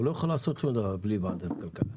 הוא לא יכול לעשות שום דבר בלי ועדת כלכלה.